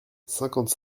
cinquante